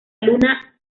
luna